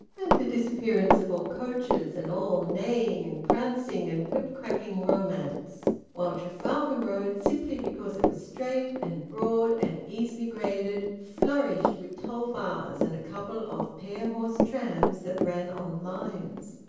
and the disappearance of all coaches and all neighing and prancing and whipcracking romance while trafalgar road, simply because it was straight and broad and easily graded, flourished with toll-bars and a couple of pair-horsed trams that ran on lines.